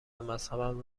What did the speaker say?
مذهبم